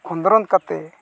ᱠᱷᱚᱸᱫᱽᱨᱚᱱ ᱠᱟᱛᱮᱫ